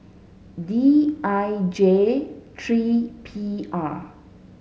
D I J three P R